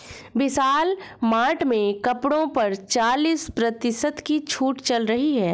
विशाल mart में कपड़ों पर चालीस प्रतिशत की छूट चल रही है